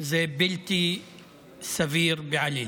זה בלתי סביר בעליל.